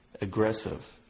aggressive